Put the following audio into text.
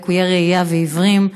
לקויי ראייה ועיוורים.